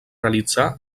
realitzà